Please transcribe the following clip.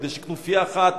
כדי שכנופיה אחת,